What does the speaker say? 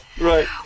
Right